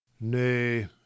nay